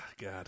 God